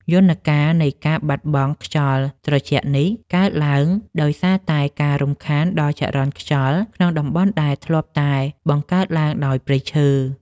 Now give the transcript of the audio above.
យន្តការនៃការបាត់បង់ខ្យល់ត្រជាក់នេះ កើតឡើងដោយសារតែការរំខានដល់ចរន្តខ្យល់ក្នុងតំបន់ដែលធ្លាប់តែបង្កើតឡើងដោយព្រៃឈើ។